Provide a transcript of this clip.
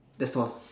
that's all